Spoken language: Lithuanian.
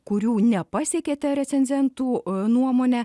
kurių nepasiekėte recenzentų nuomone